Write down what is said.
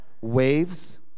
waves